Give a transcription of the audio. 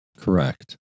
Correct